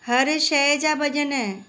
हर शइ जा भॼन